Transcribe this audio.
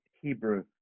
Hebrew